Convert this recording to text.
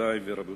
גבירותי ורבותי,